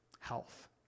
health